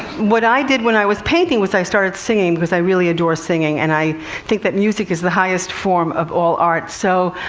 what i did when i was painting was i started singing, because i really adore singing, and i think that music is the highest form of all art. so,